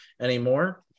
anymore